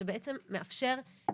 כאשר זה לא מתאר חירום,